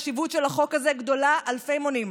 החשיבות של החוק הזה גדולה אלפי מונים,